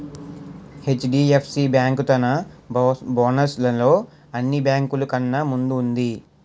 HDFC bank తన bonus లలో అన్ని బేంకులు కన్నా ముందు వుంది